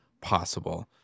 possible